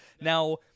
Now